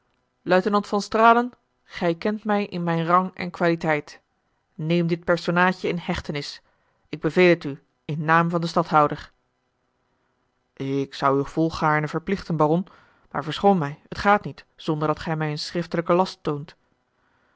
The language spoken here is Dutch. luitenant van stralen gij kent mij in mijn rang en qualiteit neem dit personaadje in hechtenis ik beveel het u in naam van den stadhouder ik zou u volgaarne verplichten baron maar verschoon mij het gaat niet zonderdat gij mij een schriftelijken last toont